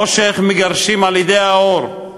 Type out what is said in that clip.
חושך מגרשים על-ידי האור.